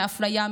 מאפליה,